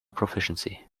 proficiency